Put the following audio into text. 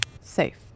Safe